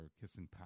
kissing